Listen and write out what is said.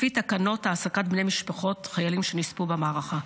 לפי תקנות העסקת בני משפחות חיילים שנספו במערכה.